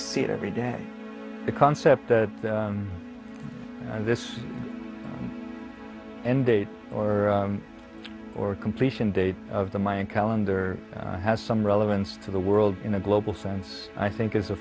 see it every day the concept that this end date or or a completion date of the mayan calendar has some relevance to the world in a global sense i think is a